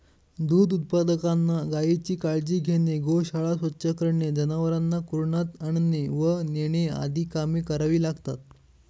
दूध उत्पादकांना गायीची काळजी घेणे, गोशाळा स्वच्छ करणे, जनावरांना कुरणात आणणे व नेणे आदी कामे करावी लागतात